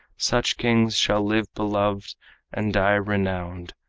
such kings shall live beloved and die renowned,